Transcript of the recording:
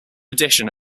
edition